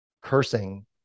cursing